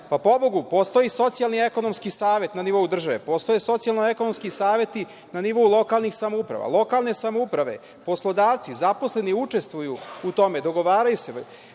Pa, pobogu, postoji Socijalni ekonomski savet na nivou države. Postoje socijalno ekonomski saveti na nivou lokalnih samouprava. Lokalne samouprave, poslodavci, zaposleni učestvuju u tome, dogovaraju se.